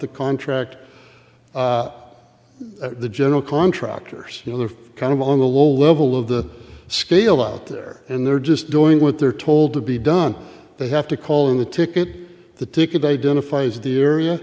the contract the general contractors you know they're kind of on the low level of the scale out there and they're just doing what they're told to be done they have to call in the ticket the ticket identifies the area